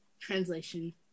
translation